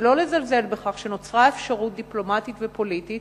ולא לזלזל בכך שנוצרה אפשרות דיפלומטית ופוליטית